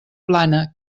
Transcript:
plana